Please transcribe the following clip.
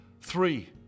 Three